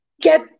Get